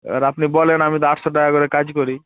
এবার আপনি বলেন আমি তো আটশো টাকা করে কাজ করি